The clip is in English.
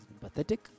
pathetic